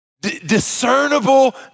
discernible